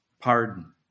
pardon